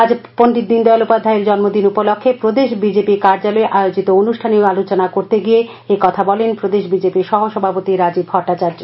আজ পণ্ডিত দীনদয়াল উপাধ্যায়ের জন্মদিন উপলক্ষ্যে প্রদেশ বিজেপি কার্যালয়ে আয়োজিত অনুষ্ঠানে আলোচনা করতে গিয়ে এই কথা বলেন প্রদেশ বিজেপির সহসভাপতি রাজীব ভট্টাচার্য